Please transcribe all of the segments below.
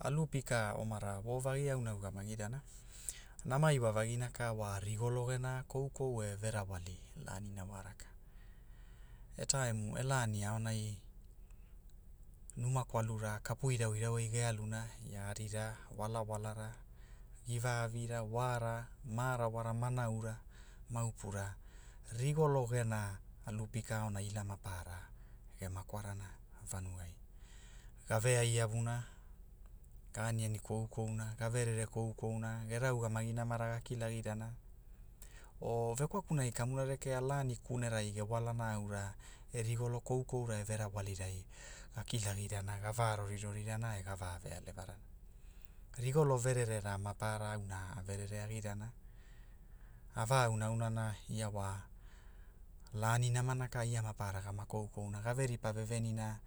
Alu pika omara vo vagi auna a ugamagirana, nama iwa vagina ka wa rigolo gena koukou e ve rawali, lanina wa raka, e taemu- e lani aonai, numa kwalura, kapu irau irau aige aluna, ia arira, walawalara, givaavira, waara ma arawara ma naura ma upura, rigolo gena, alu pika aonai ila mapara gema kwarana, vanugai, gave ai iavuna, ga aniani koukouna ga verere koukouna gera ugamagi namara ga kilagirana o vekwaku nagi kamura rekea lani kunerai ge walana aura, e rigolo koukoura e ve rawalirai, ga kilagiranaga va rorihana e ga va vealevarana. Rigolo verere maparara auna ave rereagirana, a va aunaaunana ia wa, lani namana kai ia maparara gama koukouna gave ripa vevenina,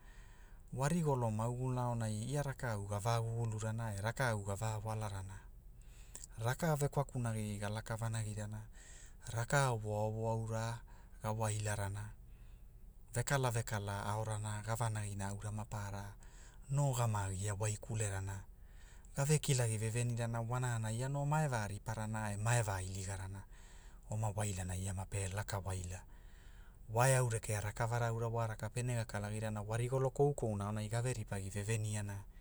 wa rigolo mauguluna aonai ia rakau gava gugularana a rakau ga va walarana, raka vekwaku nagi ga laka vanagirana, raka awoawo aura gawailara na, vekala vekala aoranage vanagi aura maparara, no gama gia waikulerana gave kilagi vevenirana wanana ia no ma e va riparana e ma e va iligarana oma wailanai ia mape laka waila, wa e au rekearakavara aura wa raka pene ga kalagirana wa rigolo koukouna aonai gave ripagi ve veniana.